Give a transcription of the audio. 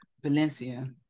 Valencia